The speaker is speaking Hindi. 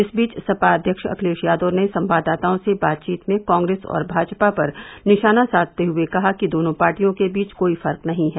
इस बीच सपा अध्यक्ष अखिलेश यादव ने संवाददाताओं से बातचीत में कांग्रेस और भाजपा पर निशाना साधते हए कहा कि दोनों पार्टियों के बीच कोई फर्क नहीं है